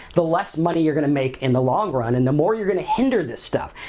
the less money you're gonna make in the long run and the more you're gonna hinder this stuff.